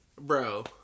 bro